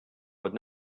would